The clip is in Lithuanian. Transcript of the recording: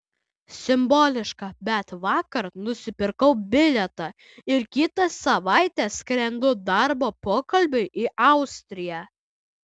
simboliška bet vakar nusipirkau bilietą ir kitą savaitę skrendu darbo pokalbiui į austriją